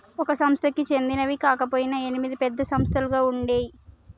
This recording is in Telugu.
ఒక సంస్థకి చెందినవి కాకపొయినా ఎనిమిది పెద్ద సంస్థలుగా ఉండేయ్యి